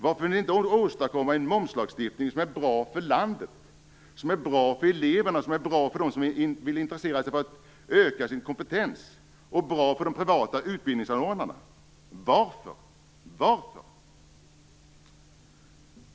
Varför vill ni inte åstadkomma en momslagstiftning som är bra för landet, för eleverna, för dem som vill öka sin kompetens och för de privata utbildningsanordnarna? Varför?